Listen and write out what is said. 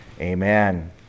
amen